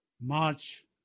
March